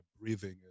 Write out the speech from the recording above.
breathing